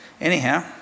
Anyhow